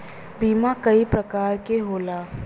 बीमा कई परकार के होला